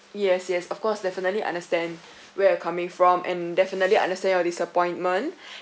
yes yes of course definitely understand where you're coming from and definitely understand your disappointment